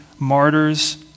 martyrs